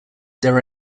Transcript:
there